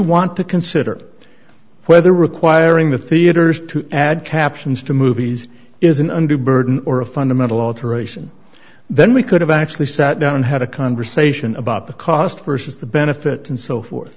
want to consider whether requiring the theaters to add captions to movies is an undue burden or a fundamental alteration then we could have actually sat down and had a conversation about the cost versus the benefits and so forth